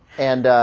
and ah.